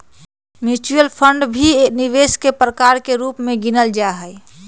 mutual fund भी निवेश के प्रकार के रूप में गिनल जाहई